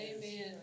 Amen